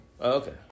okay